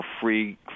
free